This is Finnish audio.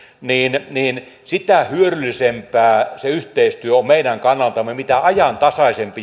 niin niin sitä hyödyllisempää se yhteistyö on meidän kannaltamme mitä ajantasaisempi